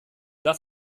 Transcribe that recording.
das